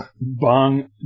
Bong